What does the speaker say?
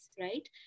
right